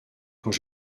quand